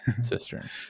Cistern